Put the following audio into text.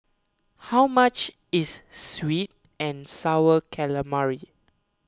how much is Sweet and Sour Calamari